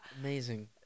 Amazing